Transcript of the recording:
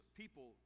people